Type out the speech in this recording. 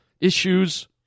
issues